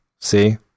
See